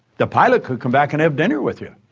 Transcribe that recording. the pilot could come back and have dinner with you.